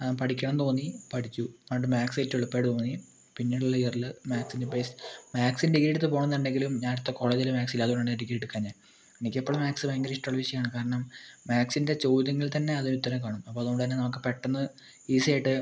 അന്ന് പഠിക്കണമെന്ന് തോന്നി പഠിച്ചു പണ്ട് മാത്സ് ഏറ്റോം എളുപ്പമായിട്ട് തോന്നി പിന്നുള്ള ഇയറിൽ മാത്സിന് ബെസ് മാത്സിന് ഡിഗ്രി എടുത്ത് പോണോന്നുണ്ടെങ്കിലും ഞാനെടുത്ത കോളേജിൽ മാത്സില്ല അതാണ് ഡിഗ്രി എടുക്കാഞ്ഞത് എനിക്കിപ്പോഴും മാത്സ് ഭയങ്കര ഇഷ്ടമുള്ള വിഷയമാണ് കാരണം മാത്സിൻ്റെ ചോദ്യങ്ങളിൽ തന്നെ അതിന് ഉത്തരം കാണും അപ്പോൾ അതുകൊണ്ട് തന്നെ നമുക്ക് പെട്ടെന്ന് ഈസി ആയിട്ട്